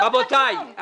לא הבנתי כלום.